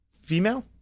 female